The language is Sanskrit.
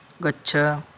गच्छ